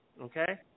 okay